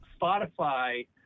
Spotify